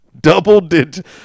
Double-digit